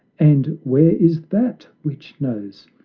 and where is that which knows?